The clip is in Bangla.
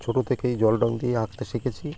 ছোটো থেকেই জল রঙ দিয়ে আঁকতে শিখেছি